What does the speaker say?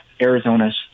Arizona's